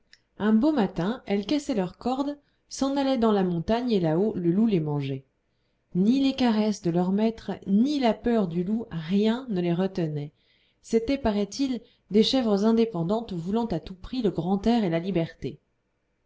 un beau matin elles cassaient leur corde s'en allaient dans la montagne et là-haut le loup les mangeait ni les caresses de leur maître ni la peur du loup rien ne les retenait c'était paraît-il des chèvres indépendantes voulant à tout prix le grand air et la liberté